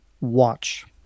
Watch